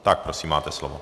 Tak prosím, máte slovo.